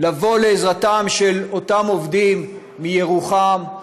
לבוא לעזרתם של אותם עובדים מירוחם,